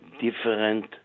different